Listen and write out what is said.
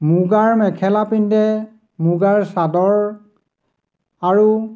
মুগাৰ মেখেলা পিন্ধে মুগাৰ চাদৰ আৰু